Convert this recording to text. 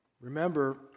Remember